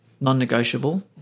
non-negotiable